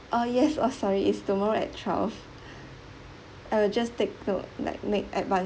oh yes oh sorry it's tomorrow at twelve I will just take note like make advance